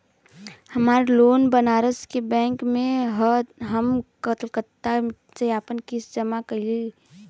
हमार लोन बनारस के बैंक से ह हम कलकत्ता से आपन किस्त जमा कइल चाहत हई हो जाई का?